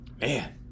Man